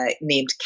named